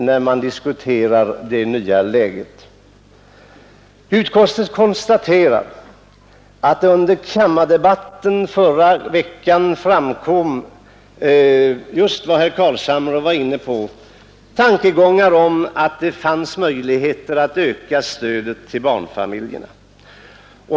Utskottet konstaterar att det under kammardebatten i förra veckan framkom just det som herr Carlshamre var inne på, nämligen tankegångar om att det fanns möjligheter att öka stödet till barnfamiljerna.